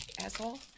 asshole